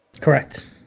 Correct